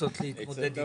לנסות להתמודד איתן.